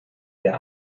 der